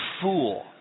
fool